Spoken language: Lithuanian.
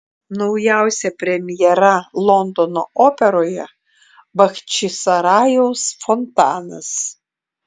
naujausia premjera londono operoje bachčisarajaus fontanas